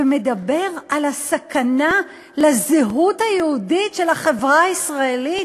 ומדבר על הסכנה לזהות היהודית של החברה הישראלית.